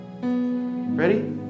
Ready